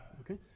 Okay